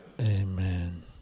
Amen